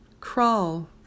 Crawl